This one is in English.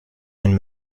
and